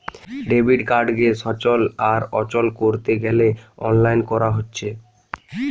debit কার্ডকে সচল আর অচল কোরতে গ্যালে অনলাইন কোরা হচ্ছে